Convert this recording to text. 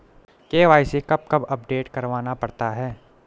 KYC कब कब update करवाना पड़ता है?